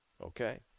okay